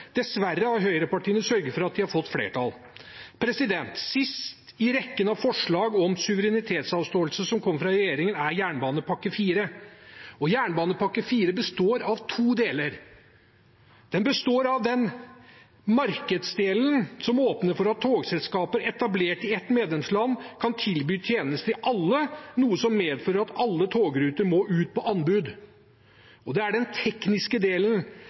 Dessverre har høyrepartiene sørget for at de har fått flertall. Sist i rekken av forslag om suverenitetsavståelse som kom fra regjeringen, er jernbanepakke IV. Jernbanepakke IV består av to deler. Den består av markedsdelen, som åpner for at togselskaper etablert i et medlemsland kan tilby tjenester i alle, noe som medfører at alle togruter må ut på anbud. Og det er den tekniske delen,